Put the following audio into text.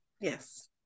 Yes